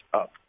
up